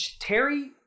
terry